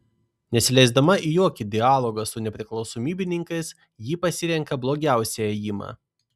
nesileisdama į jokį dialogą su nepriklausomybininkais ji pasirenka blogiausią ėjimą